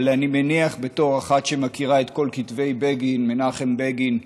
אבל אני מניח שבתור אחת שמכירה את כל כתבי מנחם בגין,